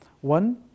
One